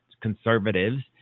conservatives